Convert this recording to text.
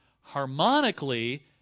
Harmonically